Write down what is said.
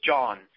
John